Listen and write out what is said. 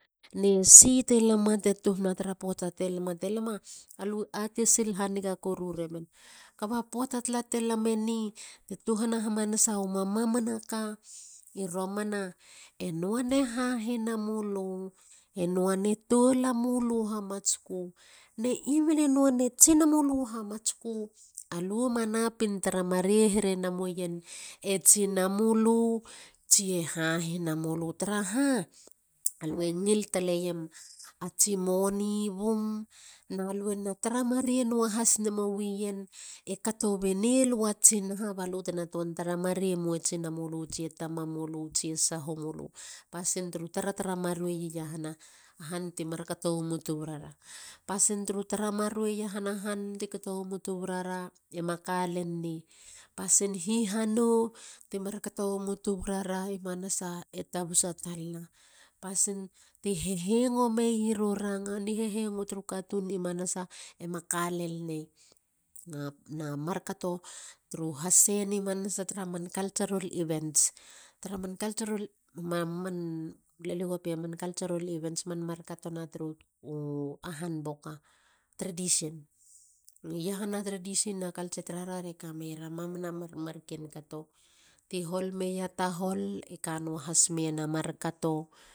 Nee si te lama te tuhanama tra puata te lama. Alue ate sil haniga koru remen kapa poata te lame ni ti tuhana hamanasa weiema mamana ka. I romana. nuana hahina mulu. e nuane tolamulu hamatsku ne tsina mulu hamatsku alue ma napin tara mare hereno moien e tsinamulu tsie hahina mulu tara ha alue ngil taleyem atsi moni bum na lu na tara mare nuahas namuein e kato bene lu atsi naha ba lu te na tuan tara mare mue tsina mulu tsie tama mulu tsie sahom mulu. Pasin turu tara tara mare iahanahan tir mar kato wumu lu tuburara ema ka len ne. Pasin hihano ti mar kato wemu tubu ra re manasa e tabusa. pasin te hehengo mei u ranga. ni hehengo tru katun ni mana emakalene na culture tara ra re ka neiera mamane mar kato.